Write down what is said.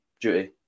duty